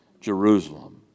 Jerusalem